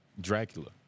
dracula